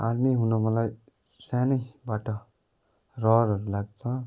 army हुन मलाई सानैबाट रहरहरू लाग्छ